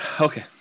okay